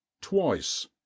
twice